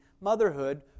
motherhood